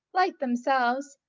like themselves,